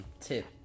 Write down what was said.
tip